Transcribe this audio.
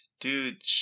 dude